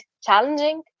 challenging